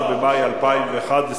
מחייבות